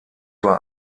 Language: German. war